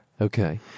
Okay